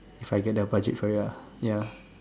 if I get the budget for it ah ya